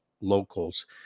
Locals